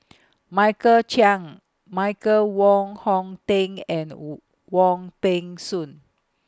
Michael Chiang Michael Wong Hong Teng and Wu Wong Peng Soon